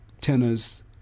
tenors